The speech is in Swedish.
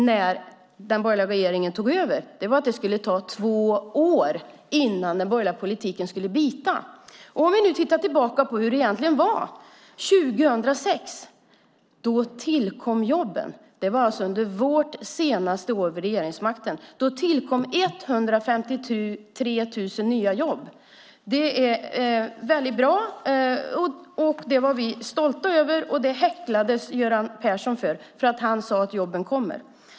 När den borgerliga regeringen tog över sade finansministern att det skulle ta två år innan den borgerliga politiken skulle bita. Vi kan titta tillbaka på hur det var 2006. Då tillkom jobben. Det var alltså vårt senaste år vid regeringsmakten. Då tillkom 153 000 nya jobb. Det är väldigt bra. Det var vi stolta över. Göran Persson häcklades för att han sade att jobben skulle komma.